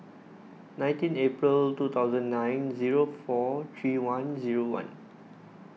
nineteen April two thousand nine zero four three one zero one